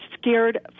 scared